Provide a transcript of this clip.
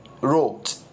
wrote